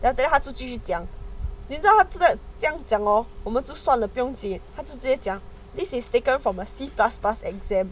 that then 他出去讲您知道这个这样讲 hor 我们就算了不用紧他直接讲 this is taken from a C plus plus exam